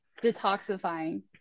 Detoxifying